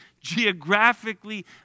geographically